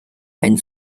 and